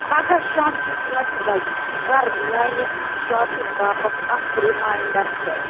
پگہہ شامچہِ پانٛژِ بجہِ کر میانہِ شاپِنگ باپتھ اکھ ریماینڈر سیٚٹ